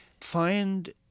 Find